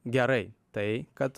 gerai tai kad